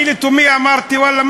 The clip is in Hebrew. אני לתומי אמרתי: ואללה,